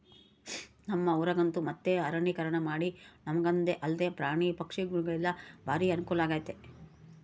ನಮ್ಮ ಊರಗಂತೂ ಮತ್ತೆ ಅರಣ್ಯೀಕರಣಮಾಡಿ ನಮಗಂದೆ ಅಲ್ದೆ ಪ್ರಾಣಿ ಪಕ್ಷಿಗುಳಿಗೆಲ್ಲ ಬಾರಿ ಅನುಕೂಲಾಗೆತೆ